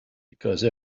because